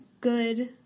good